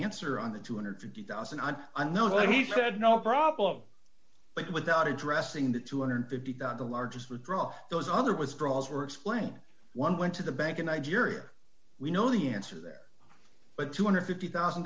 answer on the two hundred and fifty thousand i know he said no problem but without addressing the two hundred and fifty thousand the largest withdraw those other withdrawals were explained one went to the bank in nigeria we know the answer there but two hundred and fifty thousand